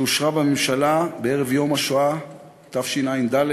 שאושרה בממשלה בערב יום השואה תשע"ד,